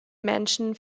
menschen